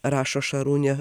rašo šarūnė